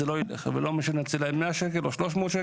אז זה לא ילך ולא משנה אם נציע להם 100 שקל או 300 שקל.